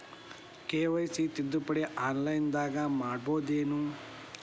KYC ತಿದ್ದುಪಡಿ ಆನ್ಲೈನದಾಗ್ ಮಾಡ್ಬಹುದೇನು?